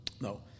No